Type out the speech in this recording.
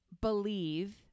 believe